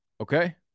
Okay